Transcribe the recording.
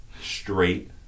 Straight